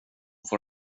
får